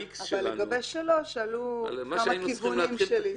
לגבי (3), שאלו כמה כיוונים של איזונים.